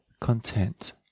content